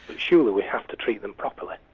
surely we have to treat them properly.